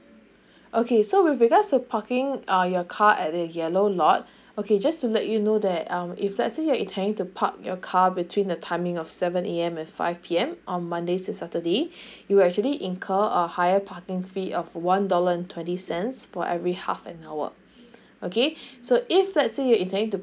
okay so with regards to parking err your car at their yellow lot okay just to let you know that um if let's say you are intending to park your car between the timing of seven A_M and five P_M on monday to saturday you actually incur a higher parking fee of one dollar and twenty cents for every half an hour okay so if let's say you intending to